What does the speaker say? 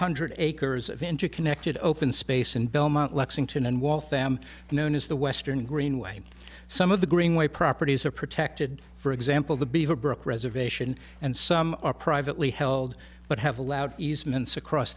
hundred acres of interconnected open space in belmont lexington and waltham known as the western greenway some of the greenway properties are protected for example the beaverbrook reservation and some are privately held but have allowed easements across